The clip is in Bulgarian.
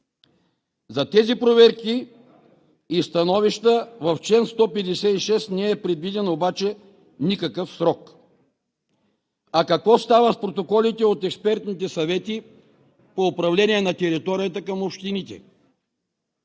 За тези проверки и становища в чл. 156 не е предвиден обаче никакъв срок. А какво става с протоколите от експертните съвети по управление на територията към общините?